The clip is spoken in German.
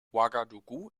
ouagadougou